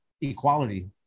Equality